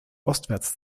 ostwärts